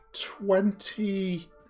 twenty